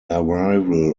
arrival